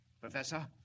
Professor